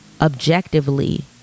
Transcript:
objectively